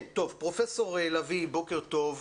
פרופ' לביא, בוקר טוב.